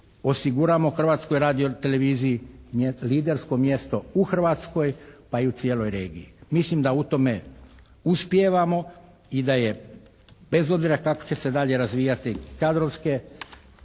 osiguramo Hrvatskoj radio-televiziji lidersko mjesto u Hrvatskoj pa i u cijeloj regiji. Mislim da u tome uspijevamo i da je, bez obzira kako će se dalje razvijati kadrovske